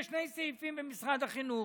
יש שני סעיפים במשרד החינוך,